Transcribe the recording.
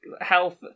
Health